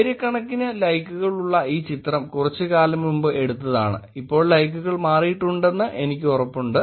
ആയിരക്കണക്കിന് ലൈക്കുകൾ ഉള്ള ഈ ചിത്രം കുറച്ചു കാലം മുമ്പ് എടുത്തതാണ് ഇപ്പോൾ ലൈക്കുകൾ മാറിയിട്ടുണ്ടെന്ന് എനിക്ക് ഉറപ്പുണ്ട്